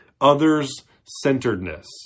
others-centeredness